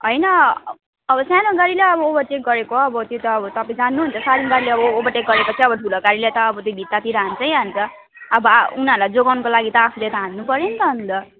होइन अब सानो गाडीलाई अब ओभरटेक गरेको हो त्यो त अब तपाईँ जान्नु नि त सानो गाडीले अब ओभरटेक गरेको चाहिँ अब ठुलो गाडीले अब त्यही भित्तातिर हान्छै हान्छ अब उनीहरूलाई जोगाउनुको लागि त आफूले त हान्नु पर्यो नि त अन्त